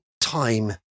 time